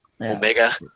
Omega